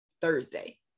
Thursday